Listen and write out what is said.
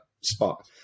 spot